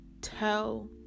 tell